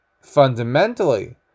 fundamentally